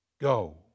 go